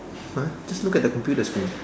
!huh! just look at the computer screen